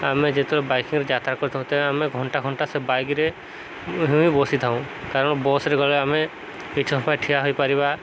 ଆମେ ଯେତେବେଳେ ବାଇକିଙ୍ଗରେ ଯାତ୍ରା କରିଥାଉେ ଆମେ ଘଣ୍ଟା ଘଣ୍ଟା ସେ ବାଇକ୍ରେ ହିଁ ବସିଥାଉଁ କାରଣ ବସ୍ରେ ଗଲେ ଆମେ କିଛି ସମୟ ପାଇଁ ଠିଆ ହୋଇପାରିବା